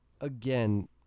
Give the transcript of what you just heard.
again